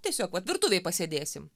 tiesiog vat virtuvėj pasėdėsim